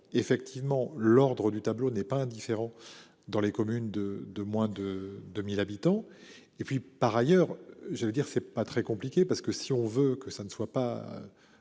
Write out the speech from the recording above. effectivement, l'Ordre du tableau n'est pas indifférent dans les communes de de moins de 2000 habitants. Et puis par ailleurs je veux dire c'est pas très compliqué parce que si on veut que ça ne soit pas.